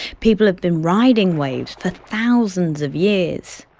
people have been riding waves for thousands of years.